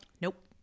Nope